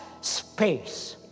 space